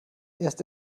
erst